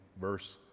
verse